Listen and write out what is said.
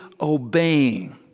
obeying